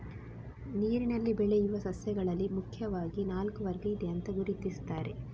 ನೀರಿನಲ್ಲಿ ಬೆಳೆಯುವ ಸಸ್ಯಗಳಲ್ಲಿ ಮುಖ್ಯವಾಗಿ ನಾಲ್ಕು ವರ್ಗ ಇದೆ ಅಂತ ಗುರುತಿಸ್ತಾರೆ